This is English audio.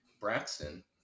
Braxton